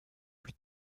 plus